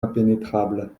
impénétrables